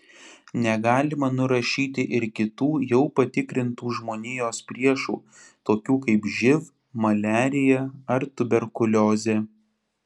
negalima nurašyti ir kitų jau patikrintų žmonijos priešų tokių kaip živ maliarija ar tuberkuliozė